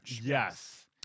Yes